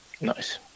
Nice